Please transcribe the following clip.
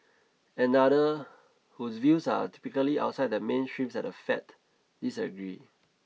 another whose views are typically outside the mainstreams at the Fed disagreed